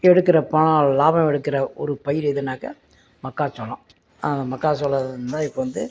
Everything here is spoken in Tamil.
எடுக்கிற பா லாபம் எடுக்கிற ஒரு பயிறு எதுன்னாக்க மக்காச்சோளம் அந்த மக்காச்சோளந்தான் இப்போ வந்து